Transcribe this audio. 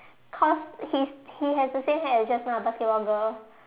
cause he he has the same hair as just now the basketball girl